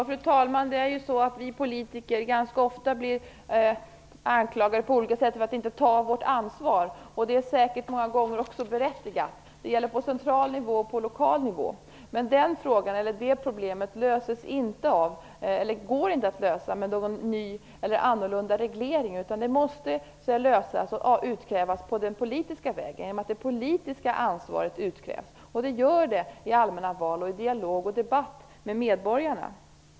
Fru talman! Vi politiker blir ganska ofta anklagade för att vi inte tar vårt ansvar. Det är många gånger säkert också berättigat. Det gäller på såväl central som lokal nivå. Men det problemet går inte att lösa med någon ny eller annorlunda reglering. Det måste lösas politiskt i och med att det politiska ansvaret utkrävs. Det sker i allmänna val och i dialog och debatt med medborgarna.